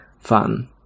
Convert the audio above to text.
fun